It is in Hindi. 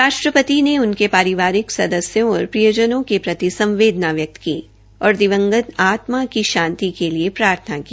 राष्ट्रपति ने उनके पारिवारिक सदस्यों और प्रियजनों के प्रति संवेदना व्यक्त की और दिवंगत आत्मा की शांति के लिए प्रार्थना की